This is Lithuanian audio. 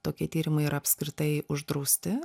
tokie tyrimai yra apskritai uždrausti